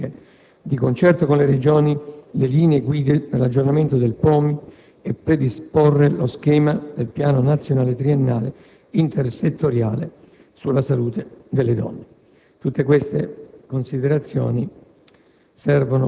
La più recente commissione istituita a tal riguardo ha terminato i propri lavori il 26 marzo 2006. È al momento in corso l'*iter* di costituzione della nuova «Commissione salute delle donne», che dovrà promuovere gruppi di lavoro specifici per definire,